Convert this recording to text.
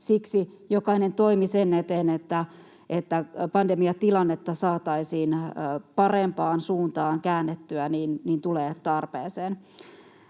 siksi jokainen toimi sen eteen, että pandemiatilannetta saataisiin parempaan suuntaan käännettyä, tulee tarpeeseen.